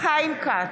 חיים כץ,